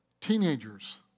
Teenagers